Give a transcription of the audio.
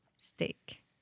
Steak